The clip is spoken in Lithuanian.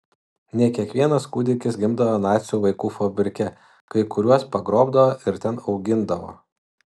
ne kiekvienas kūdikis gimdavo nacių vaikų fabrike kai kuriuos pagrobdavo ir ten augindavo